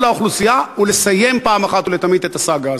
האוכלוסייה ולסיים פעם אחת ולתמיד את הסאגה הזאת.